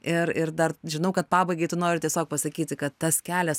ir ir dar žinau kad pabaigai tu nori tiesiog pasakyti kad tas kelias